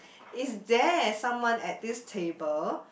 is there someone at this table